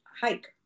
hike